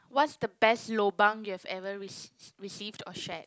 what's the best lobang you've ever recei~ received or shared